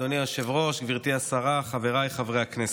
אדוני היושב-ראש, גברתי השרה, חבריי חברי הכנסת,